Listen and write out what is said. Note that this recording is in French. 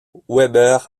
weber